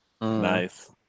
Nice